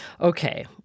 Okay